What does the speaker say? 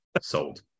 Sold